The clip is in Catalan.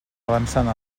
avançant